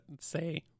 say